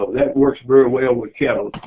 that works real well with cattle.